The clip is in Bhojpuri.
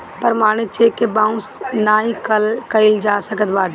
प्रमाणित चेक के बाउंस नाइ कइल जा सकत बाटे